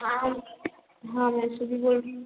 हाँ हाँ मैं सुरभी बोल रही हूँ